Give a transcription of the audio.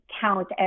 count